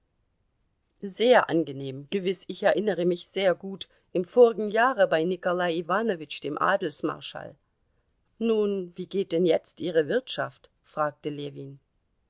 sehr angenehm gewiß ich erinnere mich sehr gut im vorigen jahre bei nikolai iwanowitsch dem adelsmarschall nun wie geht denn jetzt ihre wirtschaft fragte ljewin